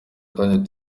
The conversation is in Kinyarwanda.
kandi